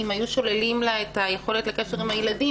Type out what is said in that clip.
אם היו שוללים לה את היכולת לקשר עם הילדים,